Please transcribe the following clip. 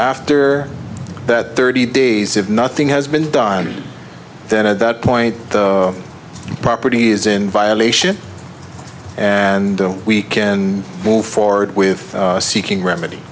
after that thirty days if nothing has been done then at that point the property is in violation and we can move forward with seeking remedy